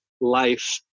life